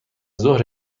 ظهر